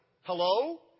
Hello